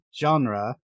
genre